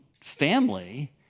family